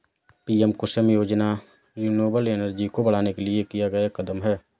PM Kusum योजना renewable energy को बढ़ाने के लिए लिया गया एक कदम है